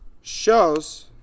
shows